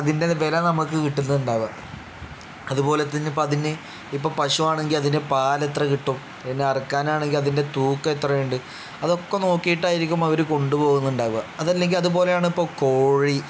അതിൻ്റെ വില നമുക്ക് കിട്ടുന്നുണ്ടാവുക അതുപോലെ തന്നെ ഇപ്പം അതിന് ഇപ്പം പശുവാണെങ്കിൽ അതിൻ്റെ പാൽ എത്ര കിട്ടും പിന്നെ അറക്കാനാണെങ്കിൽ അതിൻ്റെ തൂക്കം എത്ര ഉണ്ട് അതൊക്കെ നോക്കിയിട്ടായിരിക്കും അവർ കൊണ്ട് പോകുന്നുണ്ടാവുക അത് അല്ലെങ്കിൽ അതുപോലെയാണ് ഇപ്പം കോഴി